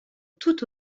tout